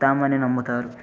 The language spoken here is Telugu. తాము అని నమ్ముతారు